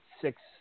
six